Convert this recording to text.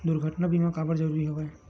दुर्घटना बीमा काबर जरूरी हवय?